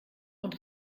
und